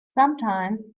sometimes